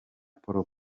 paul